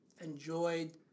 enjoyed